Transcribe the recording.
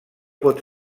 pot